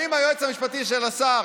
האם היועץ המשפטי של השר